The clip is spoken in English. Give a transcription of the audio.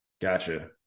gotcha